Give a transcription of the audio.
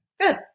Good